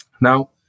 Now